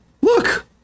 look